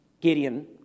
Gideon